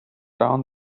down